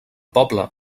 poble